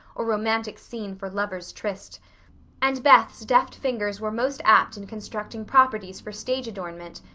or romantic scene for lovers' tryst and beth's deft fingers were most apt in constructing properties for stage adornment,